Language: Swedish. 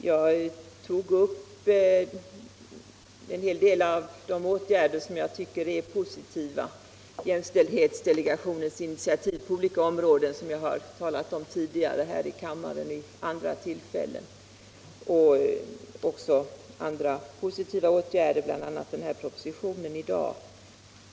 Jag tog upp en hel del av de åtgärder som jag anser positiva i jämställdhetsdelegationens initiativ på olika områden — som jag har talat om här i kammaren vid tidigare tillfällen — och även andra positiva åtgärder, bl.a. den proposition som vi behandlar i dag.